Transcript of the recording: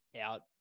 out